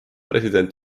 president